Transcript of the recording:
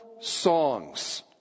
songs